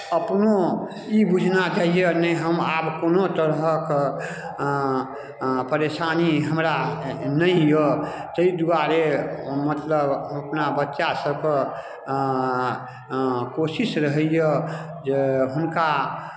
अपनो ई बुझना जाइए नहि हम आब कोनो तरहक परेशानी हमरा नहि यए ताहि दुआरे मतलब अपना बच्चासभके कोशिश रहैए जे हुनका